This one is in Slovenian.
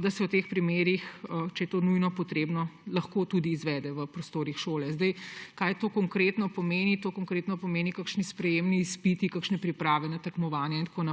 da se v teh primerih, če je to nujno potrebno, lahko pouk izvede tudi v prostorih šole. Kaj to konkretno pomeni? To konkretno pomeni – kakšni sprejemni izpiti, kakšne priprave na tekmovanja in tako naprej.